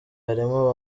harimo